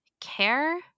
care